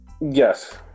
Yes